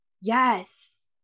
Yes